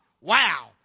Wow